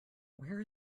where